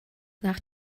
nach